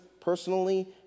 personally